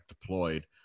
deployed